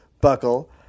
buckle